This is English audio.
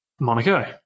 Monaco